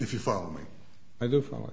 if you follow me i do fo